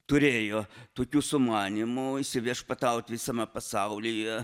turėjo tokių sumanymų įsiviešpatauti visame pasaulyje